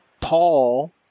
Paul